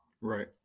Right